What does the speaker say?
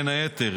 בין היתר,